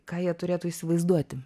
ką jie turėtų įsivaizduoti